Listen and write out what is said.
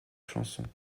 chansons